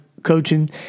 coaching